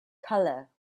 color